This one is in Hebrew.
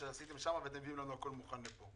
שעשיתם שם ואתם מביאים לנו הכול מוכן לפה.